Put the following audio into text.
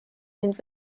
mind